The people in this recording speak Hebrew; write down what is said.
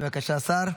בבקשה, השר.